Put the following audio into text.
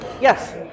yes